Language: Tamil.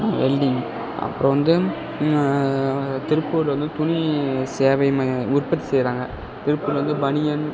வெல்டிங் அப்புறோம் வந்து இங்கே திருப்பூரில் வந்து துணி சேவை மையம் உற்பத்தி செய்யறாங்க திருப்பூரில் வந்து பனியன்